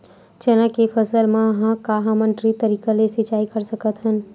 चना के फसल म का हमन ड्रिप तरीका ले सिचाई कर सकत हन?